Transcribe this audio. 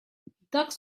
dusk